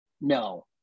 no